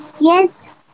Yes